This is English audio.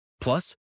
Plus